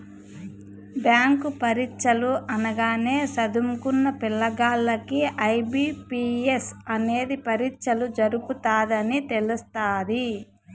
bank పరీచ్చలు అనగానే సదుంకున్న పిల్లగాల్లకి ఐ.బి.పి.ఎస్ అనేది పరీచ్చలు జరపతదని తెలస్తాది